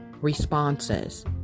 responses